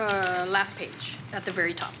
last page at the very top